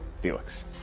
Felix